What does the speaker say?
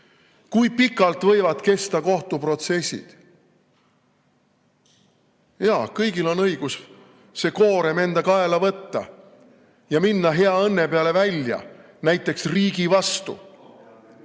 Kui pikalt võivad kesta kohtuprotsessid? Jaa, kõigil on õigus see koorem enda kaela võtta ja minna hea õnne peale välja näiteks riigi vastu.